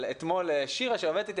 שלנו ושל כל מי שמצטרף להיות חבר בוועדה,